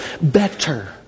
better